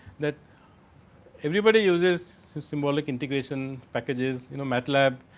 that everybody uses some symbolic integration passages you know mat lab,